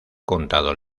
contado